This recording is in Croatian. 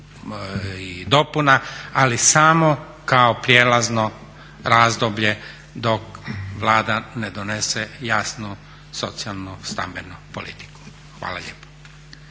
i dopuna ali samo kao prijelazno razdoblje dok Vlada ne donese jasnu socijalno stambenu politiku. Hvala lijepo.